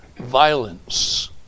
violence